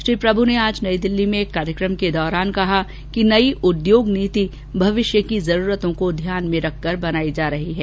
श्री प्रभु ने आज नई दिल्ली में एक कार्यक्रम के दौरान कहा कि नयी उद्योग नीति भविष्य की जरूरतों को ध्यान में रखकर बनाई जा रही है